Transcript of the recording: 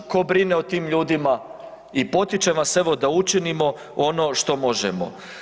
Tko brine o tim ljudima i potičem vas, evo da učinimo ono što možemo.